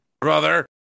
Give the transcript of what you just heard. Brother